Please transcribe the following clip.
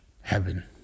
heaven